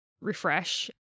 refresh